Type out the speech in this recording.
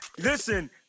Listen